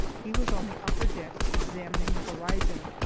he was on the upper deck, examining the horizon.